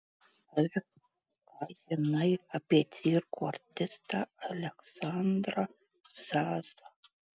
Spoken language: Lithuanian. ar ką žinai apie cirko artistą aleksandrą zasą